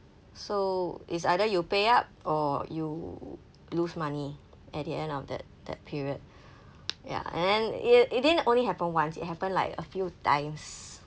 so it's either you pay up or you lose money at the end of that that period ya and then it it didn't only happen once it happened like a few times